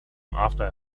after